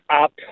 up